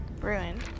ruined